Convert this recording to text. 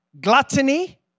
gluttony